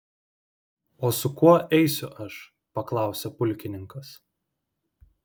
o su kuo eisiu aš paklausė pulkininkas